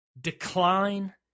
decline